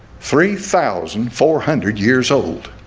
three thousand four hundred years old